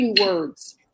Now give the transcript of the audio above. words